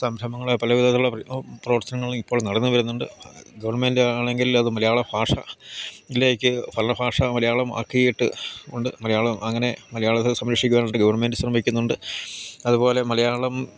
സംരഭങ്ങളെ പലവിധത്തിലുള്ള പ്രവർത്തനങ്ങളും ഇപ്പോൾ നടന്ന് വരുന്നുണ്ട് ഗവൺമെൻ്റാണെങ്കിൽ അത് മലയാള ഭാഷ യിലേക്ക് പല ഭാഷ മലയാളം ആക്കിയിട്ട് ഉണ്ട് മലയാളം അങ്ങനെ മലയാളത്തെ സംരക്ഷിക്കുവാനായിട്ട് ഗവൺമെൻ്റ് ശ്രമിക്കുന്നുണ്ട് അതുപോലെ മലയാളം